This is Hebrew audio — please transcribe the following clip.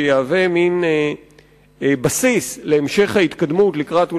שיהווה מין בסיס להמשך ההתקדמות לקראת,